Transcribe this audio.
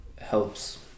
helps